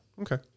Okay